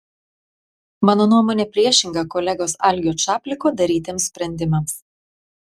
mano nuomonė priešinga kolegos algio čapliko darytiems sprendimams